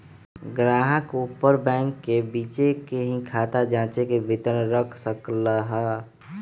ग्राहक अउर बैंक के बीचे ही खाता जांचे के विवरण रख सक ल ह